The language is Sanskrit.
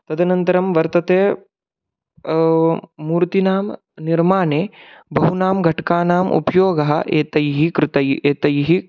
तदनन्तरं वर्तते मूर्तीनां निर्माणे बहूनां घट्कानाम् उपयोगः एतैः कृतैः एतैः